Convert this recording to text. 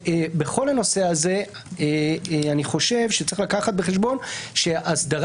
בכל הנושא הזה אני חושב שצריך לקחת בחשבון שהסדרת